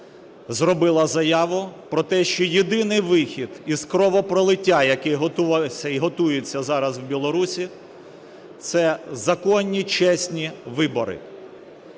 зробила заяву про те, що єдиний вихід із кровопролиття, яке готується зараз у Білорусі – це законні чесні вибори.